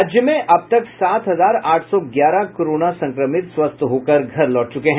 राज्य में अब तक सात हजार आठ सौ ग्यारह कोरोना संक्रमित स्वस्थ होकर घर लौट चुके हैं